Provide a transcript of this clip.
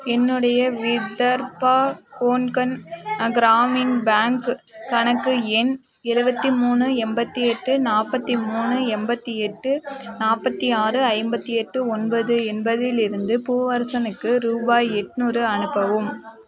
என்னுடைய விதர்பா கோன்கன் கிராமின் பேங்க் கணக்கு எண் இருபத்தி மூணு எண்பத்தி எட்டு நாற்பத்தி மூணு எண்பத்தி எட்டு நாற்பத்தி ஆறு ஐம்பத்தி எட்டு ஒன்பது என்பதிலிருந்து பூவரசனுக்கு ரூபாய் எண்நூறு அனுப்பவும்